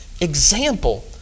example